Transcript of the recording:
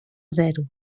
zero